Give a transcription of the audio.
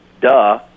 duh